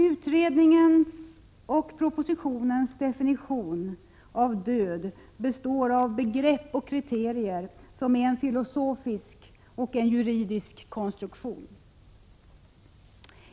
Utredningens och propositionens definition av död består av begrepp och kriterier som är en filosofisk och en juridisk konstruktion.